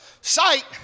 sight